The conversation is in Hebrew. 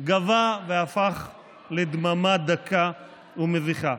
גווע והפך לדממה דקה ומביכה.